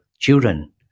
children